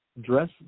dress